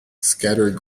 scattered